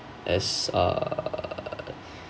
as err